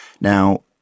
Now